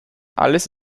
alles